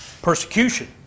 Persecution